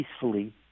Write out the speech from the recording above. peacefully